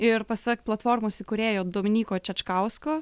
ir pasak platformos įkūrėjo dominyko čečkausko